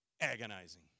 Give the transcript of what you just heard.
Agonizing